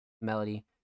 melody